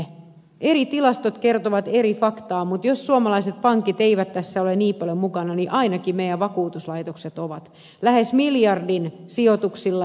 eri tilastot kertovat eri faktaa mutta jos suomalaiset pankit eivät tässä ole niin paljon mukana niin ainakin meidän vakuutuslaitoksemme ovat lähes miljardin sijoituksilla